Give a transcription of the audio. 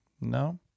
no